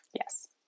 yes